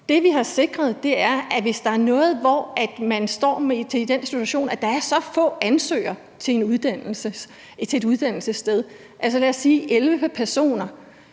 Det, vi har sikret, er, at hvis der er noget, hvor man står med i den situation, at der er så få ansøgere til et uddannelsessted – lad os sige 11 personer